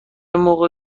موقع